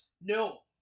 No